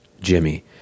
Jimmy